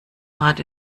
hart